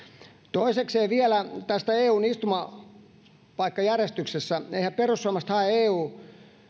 toisekseen vielä tästä eun istumapaikkajärjestyksestä eiväthän perussuomalaiset hae